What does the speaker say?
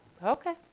Okay